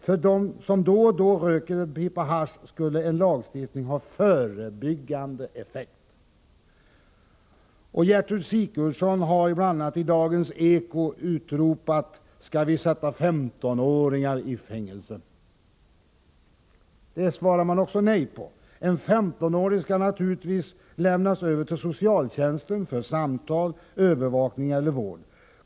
För dem som då och då röker en pipa hasch skulle en lagstiftning ha en förebyggande effekt! Och Gertrud Sigurdsen har bl.a. i Dagens Eko utropat: Skall vi sätta 15-åringar i fängelse! Det svarar man också nej på. En 15-åring skall naturligtvis lämnas över till socialtjänsten för samtal, övervakning eller vård.